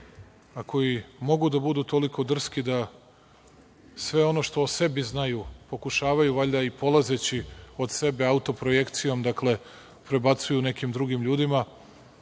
a koji mogu da budu toliko drski da sve ono što o sebi znaju pokušavaju valjda da polazeći od sebe, autoprojekcijom, dakle, prebacuju nekim drugim ljudima,